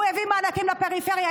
הוא הביא מענקים לפריפריה,